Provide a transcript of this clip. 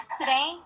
today